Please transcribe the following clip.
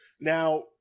now